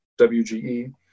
WGE